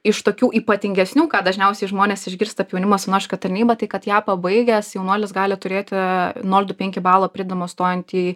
iš tokių ypatingesnių ką dažniausiai žmonės išgirsta apie jaunimo savanorišką tarnybą tai kad ją pabaigęs jaunuolis gali turėti nol du penki balo pridedamo stojant į